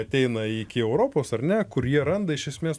ateina iki europos ar ne kur jie randa iš esmės